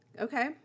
Okay